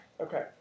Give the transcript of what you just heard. Okay